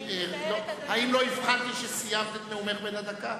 האם לא הבחנתי שסיימת את נאומך בן הדקה?